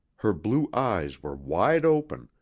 her blue eyes were wide open,